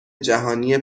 جهانی